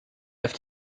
have